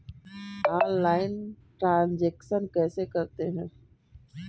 Online transaction कैसे करते हैं?